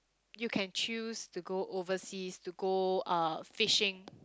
you can choose to go overseas to go uh fishing